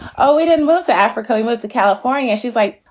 oh, we didn't move to africa. we moved to california. she's like,